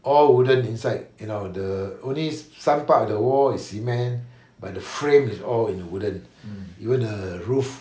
all wooden inside you know the only some part of the wall is cement but the frame is all you know wooden even the roof